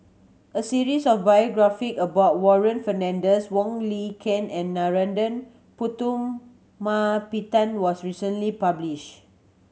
a series of biography about Warren Fernandez Wong Lin Ken and Narana Putumaippittan was recently publish